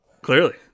Clearly